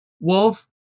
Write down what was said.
Wolf